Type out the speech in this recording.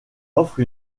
offre